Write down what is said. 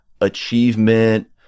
achievement